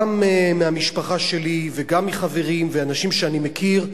גם מהמשפחה שלי וגם מחברים ומאנשים שאני מכיר,